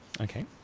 Okay